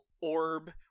orb